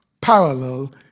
parallel